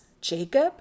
Jacob